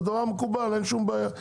זה דבר מקובל, אין שום בעיה.